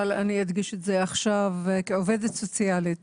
אבל אני אדגיש את זה עכשיו כעובדת סוציאלית